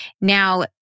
Now